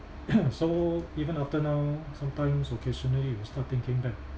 so even after now sometimes occasionally you start thinking back